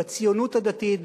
בציונות הדתית,